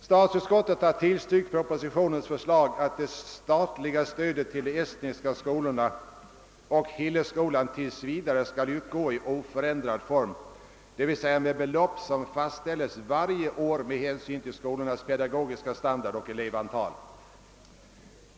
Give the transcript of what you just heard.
Statsutskottet har tillstyrkt propositionens förslag att det statliga stödet till de estniska skolorna och Hillelskolan tills vidare skall utgå i oförändrad form, dvs. med belopp som fastställes varje år med hänsyn till skolornas pedagogiska standard och elevantal.